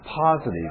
positive